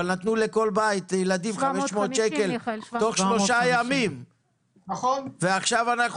אבל נתנו לכל בית תוך שלושה ימים ועכשיו אנחנו